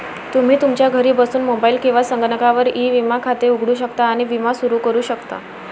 तुम्ही तुमच्या घरी बसून मोबाईल किंवा संगणकावर ई विमा खाते उघडू शकता आणि विमा सुरू करू शकता